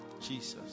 Jesus